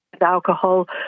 alcohol